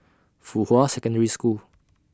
Fuhua Secondary School